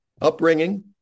upbringing